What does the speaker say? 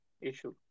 issue